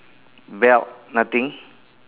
belt nothing